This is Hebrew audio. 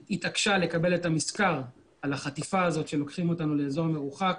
התעקשה לקבל את המזכר על החטיפה הזאת שהם לוקחים אותנו לאזור מרוחק.